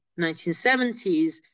1970s